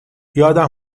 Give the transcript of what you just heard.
یادم